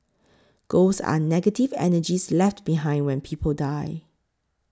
ghosts are negative energies left behind when people die